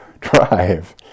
drive